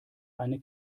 eine